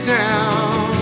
down